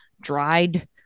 dried